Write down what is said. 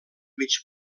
mig